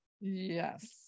Yes